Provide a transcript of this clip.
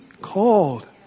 Called